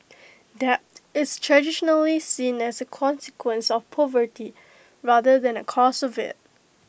debt is traditionally seen as A consequence of poverty rather than A cause of IT